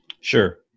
Sure